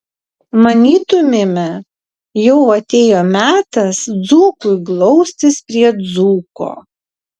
manytumėme jau atėjo metas dzūkui glaustis prie dzūko